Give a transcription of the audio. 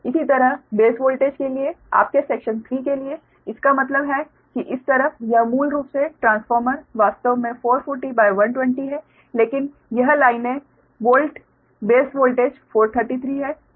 इसी तरह base voltage के लिए आपके सेक्शन 3 के लिए इसका मतलब है कि इस तरफ यह मूल रूप से ट्रांसफार्मर वास्तव में 440120 है लेकिन यह लाइनें वोल्ट बेस वोल्टेज 433 है